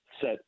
set